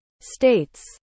States